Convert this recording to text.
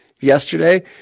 Yesterday